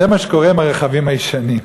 זה מה שקורה עם הרכבים הישנים.